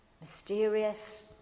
mysterious